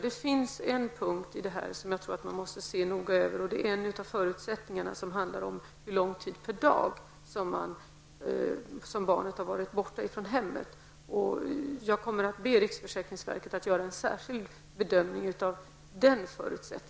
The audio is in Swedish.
Det finns en punkt i detta sammanhang som jag tror att man mycket noga måste se över och det är en av förutsättningarna som handlar om hur lång tid per dag som barnet har varit borta från hemmet. Jag kommer att be riksförsäkringsverket att göra en särskild bedömning av detta rekvisit.